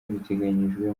biteganyijwe